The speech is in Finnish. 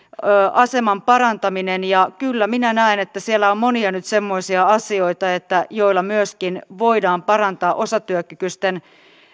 aseman parantaminen kyllä minä näen että siellä on nyt monia semmoisia asioita joilla myöskin voidaan parantaa osatyökykyisten